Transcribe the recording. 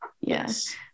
Yes